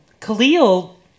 Khalil